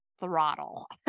throttle